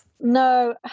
No